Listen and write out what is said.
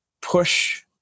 push